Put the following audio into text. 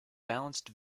balanced